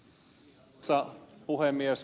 arvoisa puhemies